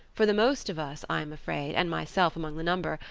for the most of us, i am afraid, and myself among the number,